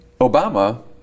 Obama